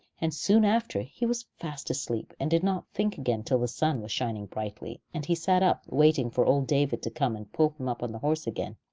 and soon after he was fast asleep and did not think again till the sun was shining brightly, and he sat up waiting for old david to come and pull him up on the horse again.